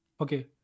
Okay